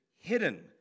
hidden